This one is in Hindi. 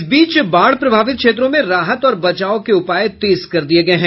इस बीच बाढ प्रभवित क्षेत्रों में राहत और बचाव के उपाय तेज कर दिए गए हैं